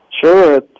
Sure